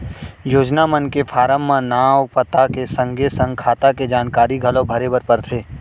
योजना मन के फारम म नांव, पता के संगे संग खाता के जानकारी घलौ भरे बर परथे